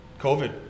COVID